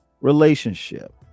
relationship